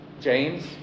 James